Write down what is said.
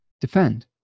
defend